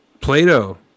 Plato